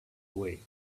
away